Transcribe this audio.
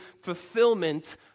fulfillment